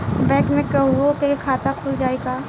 Bank में केहूओ के खाता खुल जाई का?